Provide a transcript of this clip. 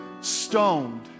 stoned